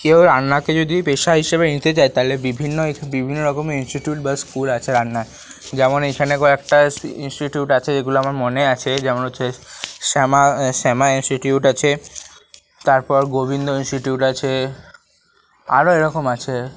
কেউ রান্নাকে যদি পেশা হিসাবে নিতে চায় তাহলে বিভিন্ন বিভিন্ন রকমের ইনস্টিটিউট বা স্কুল আছে রান্নার যেমন এখানে কয়েকটা ইনস্টিটিউট আছে যেগুলো আমার মনে আছে যেমন হচ্ছে শ্যামা শ্যামা ইনস্টিটিউট আছে তারপর গোবিন্দ ইনস্টিটিউট আছে আরও এরকম আছে